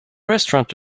restaurant